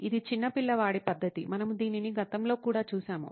ఇది చిన్న పిల్లవాడి పద్ధతి మనము దీనిని గతంలో కూడా చూశాము